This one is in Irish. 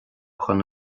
chun